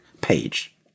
page